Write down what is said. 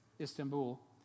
Istanbul